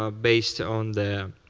ah based on the